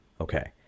Okay